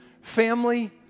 family